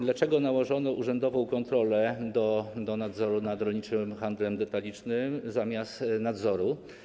Dlaczego nałożono urzędową kontrolę do nadzoru nad rolniczym handlem detalicznym zamiast nadzoru?